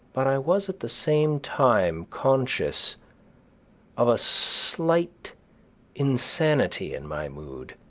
but i was at the same time conscious of a slight insanity in my mood,